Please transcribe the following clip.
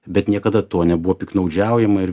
bet niekada tuo nebuvo piktnaudžiaujama ir